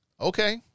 okay